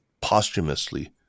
posthumously